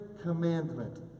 commandment